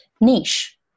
niche